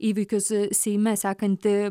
įvykius seime sekanti